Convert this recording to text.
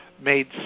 made